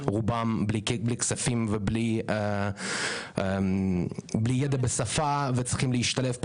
רובם בלי כספים ובלי ידע בשפה וצריכים להשתלב פה